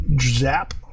Zap